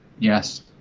Yes